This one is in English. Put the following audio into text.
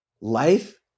life